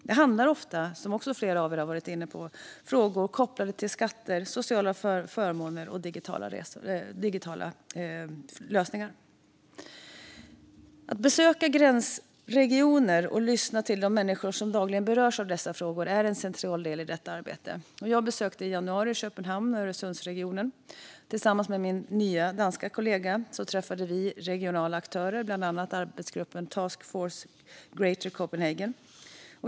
Som flera ledamöter varit inne på handlar det ofta om frågor kopplade till skatter, sociala förmåner och digitala lösningar. Att besöka gränsregioner och lyssna till de människor som dagligen berörs av dessa frågor är en central del i detta arbete. Jag besökte Köpenhamn och Öresundsregionen i januari. Tillsammans med min nya danska kollega träffade jag regionala aktörer, bland annat arbetsgruppen Greater Copenhagen Task Force.